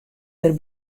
der